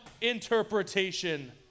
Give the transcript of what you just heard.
interpretation